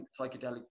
psychedelic